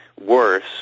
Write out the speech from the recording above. worse